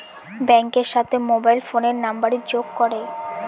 ব্যাঙ্কের সাথে মোবাইল ফোনের নাম্বারের যোগ করে